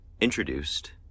introduced